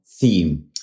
theme